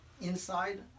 inside